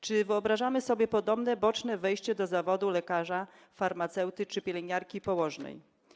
Czy wyobrażamy sobie podobne boczne wejście do zawodu lekarza, farmaceuty czy pielęgniarki i położnej?